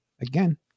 again